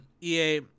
EA